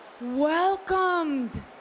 welcomed